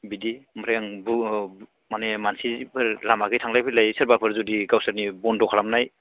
बिदि ओमफ्राय आं माने मानसिबो लामाखि थांलाय फैलाय सोरबाफोर जुदि गावसोरनि बन्द खालामनाय